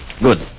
Good